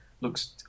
looks